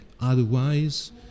otherwise